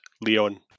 Leon